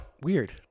Weird